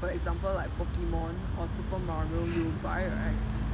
for example like pokemon or super mario you will buy right